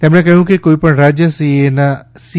તેમણે કહ્યું કે કોઈપણ રાજ્ય સી